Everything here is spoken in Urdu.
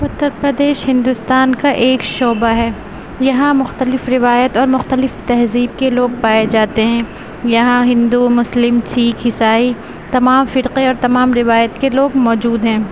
اتر پردیش ہندوستان کا ایک صوبہ ہے یہاں مختلف روایت اور مختلف تہذیب کے لوگ پائے جاتے ہیں یہاں ہندو مسلم سکھ عیسائی تمام فرقے اور تمام روایات کے لوگ موجود ہیں